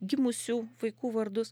gimusių vaikų vardus